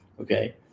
Okay